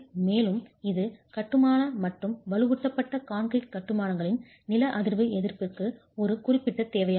மேலும் இது கட்டுமான மற்றும் வலுவூட்டப்பட்ட கான்கிரீட் கட்டுமானங்களின் நில அதிர்வு எதிர்ப்பிற்கு ஒரு குறிப்பிட்ட தேவையாகும்